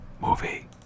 Movie